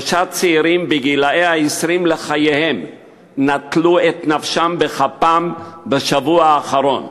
שלושה צעירים בשנות ה-20 לחייהם נטלו את נפשם בכפם בשבוע האחרון.